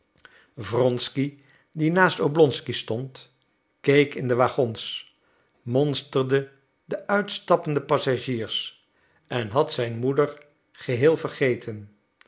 wronsky die naast oblonsky stond keek in de waggons monsterde de uitstappende passagiers en had zijn moeder geheel vergeten